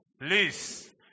please